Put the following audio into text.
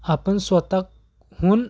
आपण स्वत होऊन